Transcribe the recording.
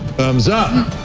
thumbs up,